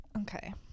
okay